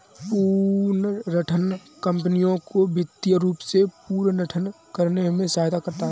पुनर्गठन कंपनियों को वित्तीय रूप से पुनर्गठित करने में सहायता करता हैं